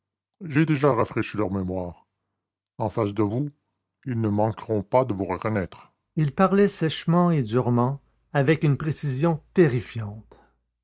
j'ai déjà rafraîchi leur mémoire en face de vous ils ne manqueront pas de vous reconnaître il parlait sèchement et durement avec une précision terrifiante